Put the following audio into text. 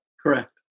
Correct